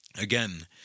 Again